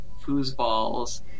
Foosballs